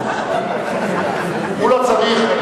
הוא לא צריך.